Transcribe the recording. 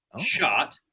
shot